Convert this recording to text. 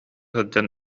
сылдьан